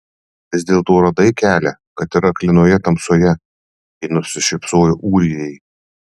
vis dėlto radai kelią kad ir aklinoje tamsoje ji nusišypsojo ūrijai